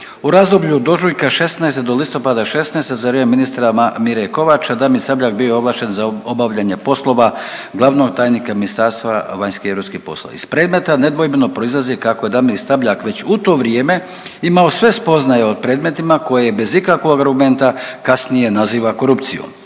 U razdoblju od ožujka '16. do listopada '16. za vrijeme ministra Mire Kovača Damir Sabljak bio je ovlašten za obavljanje poslova glavnog tajnika Ministarstva vanjskih i europskih poslova. Iz predmeta nedvojbeno proizlazi kako je Damir Sabljak već u to vrijeme imao sve spoznaje o predmetima koje bez ikakvog argumenta kasnije naziva korupcijom,